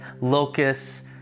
locusts